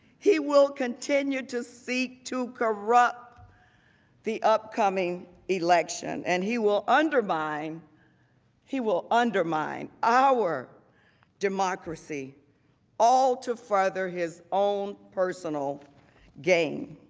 he will continue to seek to corrupt the upcoming election and he will undermine he will undermine our democracy all to further his own personal gain.